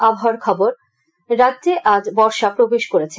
আবহাওয়া রাজ্যে আজ বর্ষা প্রবেশ করেছে